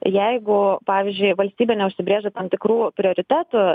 jeigu pavyzdžiui valstybė neužsibrėžia tam tikrų prioritetų